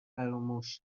فراموش